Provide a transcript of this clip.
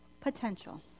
potential